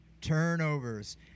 turnovers